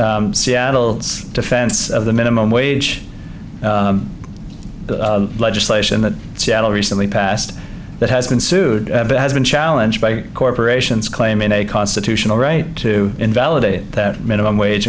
seattle's defense of the minimum wage legislation that seattle recently passed that has been sued has been challenged by corporations claiming a constitutional right to invalidate that minimum wage